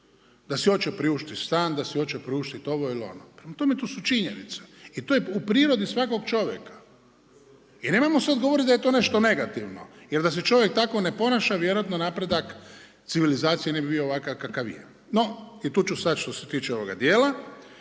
da si hoće priuštiti stan, da si hoće priuštiti ovo ili ono prema tome to su činjenice i to je u prirodi svakog čovjeka. I nemojmo sada govoriti da je to nešto negativno jer da se čovjek tako ne ponaša vjerojatno napredak civilizacije ne bi bio ovakav kakav je. I tu ću stati što se tiče ovoga dijela.